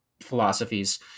philosophies